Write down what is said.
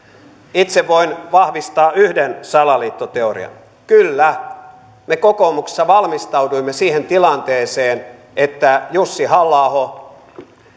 itse voin vahvistaa yhden salaliittoteorian kyllä me kokoomuksessa valmistauduimme siihen tilanteeseen että jussi halla aho